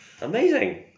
Amazing